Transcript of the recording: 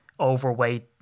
overweight